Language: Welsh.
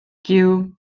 giw